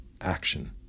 action